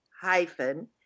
hyphen